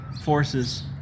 forces